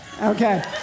Okay